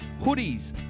hoodies